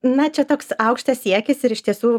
na čia toks aukštas siekis ir iš tiesų